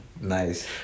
Nice